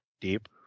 deep